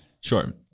Sure